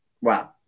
Wow